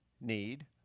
need